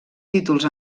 títols